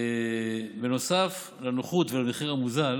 בנוסף לנוחות ולמחיר המוזל,